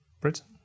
Britain